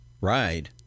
ride